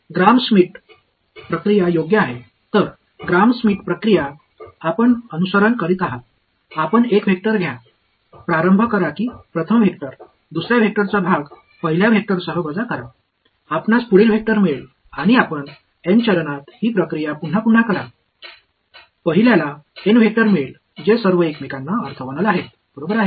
ग्राम Schmidt प्रक्रिया योग्य आहे तर ग्राम श्मिट प्रक्रिया आपण अनुसरण करीत आहात आपण एक वेक्टर घ्या प्रारंभ करा की प्रथम वेक्टर दुसर्या वेक्टरचा भाग पहिल्या वेक्टरसह वजा करा आपणास पुढील वेक्टर मिळेल आणि आपण एन चरणात ही प्रक्रिया पुन्हा पुन्हा करा पहिल्याला एन वेक्टर मिळेल जे सर्व एकमेकांना ऑर्थोगोनल आहेत बरोबर आहे